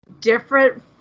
different